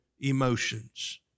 emotions